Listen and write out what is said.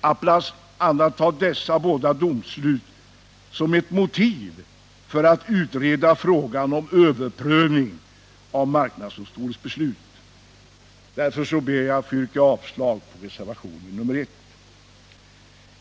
att bl.a. ta dessa båda domslut som motiv för att utreda frågan om överprövning av marknadsdomstolens beslut. Därför ber jag att få yrka avslag på reservation nr 1.